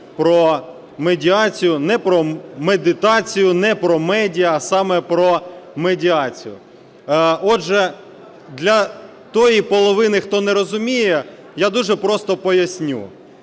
про медитацію, не про медіа, а саме про медіацію. Отже, для тої половини, хто не розуміє, я дуже просто поясню.